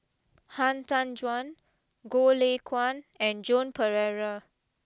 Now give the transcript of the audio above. Han Tan Juan Goh Lay Kuan and Joan Pereira